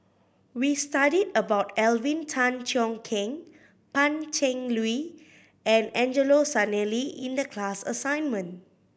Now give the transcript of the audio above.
we studied about Alvin Tan Cheong Kheng Pan Cheng Lui and Angelo Sanelli in the class assignment